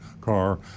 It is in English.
car